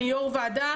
אני יו"ר ועדה.